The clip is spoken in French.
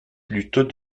plutôt